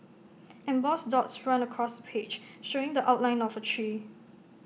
embossed dots run across the page showing the outline of A tree